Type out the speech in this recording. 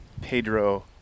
Pedro